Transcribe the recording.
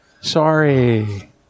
sorry